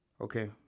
Okay